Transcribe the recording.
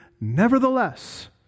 Nevertheless